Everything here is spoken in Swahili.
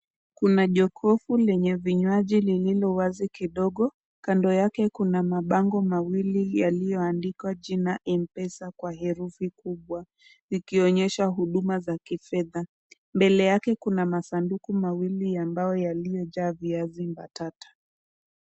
Kuna jokofu lenye vinywaji lililo wazi kidogo. Kando yake kuna mabango mawili yaliyoandikwa jina mpesa kwa herufi kubwa, zikionyesha huduma za kifedha. Mbele yake kuna masanduku mawili ambayo yaliyojaa viazi mbatata.